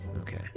Okay